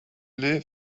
live